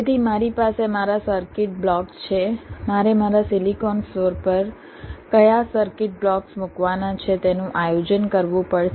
તેથી મારી પાસે મારા સર્કિટ બ્લોક્સ છે મારે મારા સિલિકોન ફ્લોર પર કયા સર્કિટ બ્લોક્સ મૂકવાના છે તેનું આયોજન કરવું પડશે